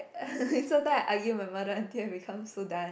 so I with argue my mother until become so done